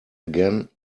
again